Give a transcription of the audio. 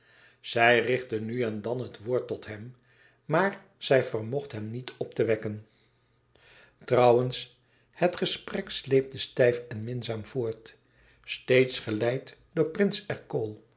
zij richtte nu en dan het woord tot hem maar zij vermocht hem niet op te wekken trouwens het gesprek sleepte stijf en minzaam voort steeds geleid door prins